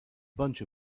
bunch